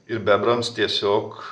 ir bebrams tiesiog